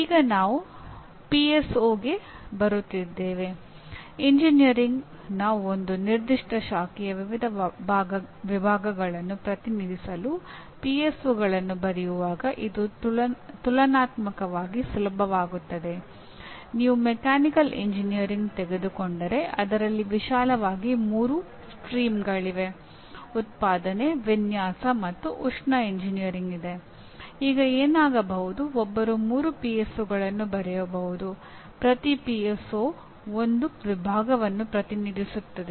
ಈಗ ನಾವು ಪಿಎಸ್ಒಗೆ ಬರೆಯಬಹುದು ಪ್ರತಿ ಪಿಎಸ್ಒ PSO ಒಂದು ವಿಭಾಗವನ್ನು ಪ್ರತಿನಿಧಿಸುತ್ತದೆ